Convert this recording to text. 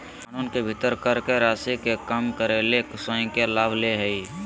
कानून के भीतर कर के राशि के कम करे ले स्वयं के लाभ ले हइ